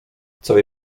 całej